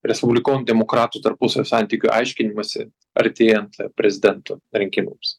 respublikonų demokratų tarpusavio santykių aiškinimąsi artėjant prezidento rinkimams